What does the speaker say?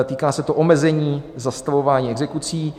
Týká se to omezení zastavování exekucí.